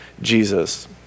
Jesus